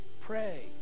Pray